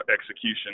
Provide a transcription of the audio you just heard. execution